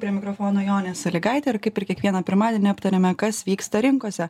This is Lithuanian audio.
prie mikrofono jonė sąlygaitė ir kaip ir kiekvieną pirmadienį aptariame kas vyksta rinkose